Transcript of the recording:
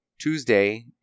Tuesday